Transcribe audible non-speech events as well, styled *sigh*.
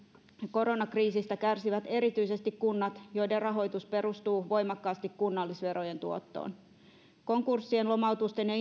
koronakriisistä kärsivät erityisesti kunnat joiden rahoitus perustuu voimakkaasti kunnallisverojen tuottoon konkurssien lomautusten ja *unintelligible*